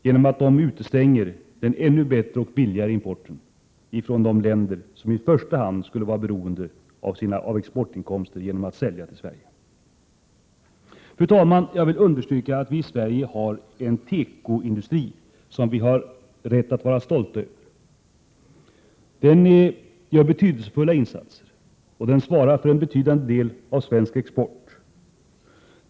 Dessa utestänger den ännu bättre och billigare importen från de länder som i första hand skulle ha stor nytta av ökade exportinkomster genom att sälja till Sverige. Fru talman! Jag vill understryka att vi i Sverige har en tekoindustri som vi har rätt att vara stolta över. Den gör betydelsefulla insatser och svarar för en stor del av svensk export.